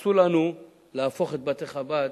אסור לנו להפוך את בתי-חב"ד